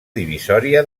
divisòria